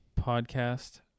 Podcast